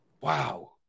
Wow